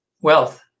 Wealth